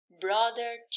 Brother